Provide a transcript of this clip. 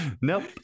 Nope